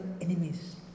enemies